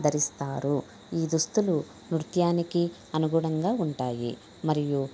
ధరిస్తారు ఈ దుస్తులు నృత్యానికి అనుగుణంగా ఉంటాయి మరియు